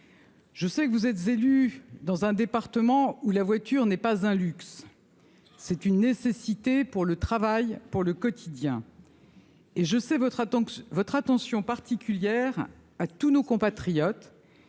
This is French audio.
Je sais que vous êtes élue dans un département où la voiture n'est pas un luxe, c'est une nécessité pour le travail pour le quotidien. Et je sais votre attends votre attention particulière à tous nos compatriotes